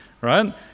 right